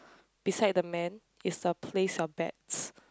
beside the man is a place your bets